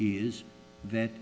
is that